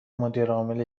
مدیرعامل